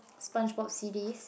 Sponge Bob C_Ds